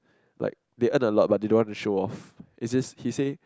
like they earn a lot but didn't want to show off is it he said